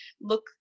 Look